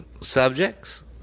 subjects